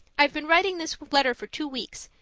i've been writing this letter for two weeks,